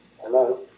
hello